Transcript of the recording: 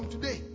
Today